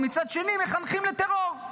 ומצד שני מחנכים לטרור.